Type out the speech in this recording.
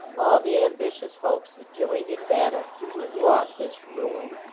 all the ambitious hopes that joined in battle and wrought this ruin.